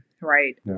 right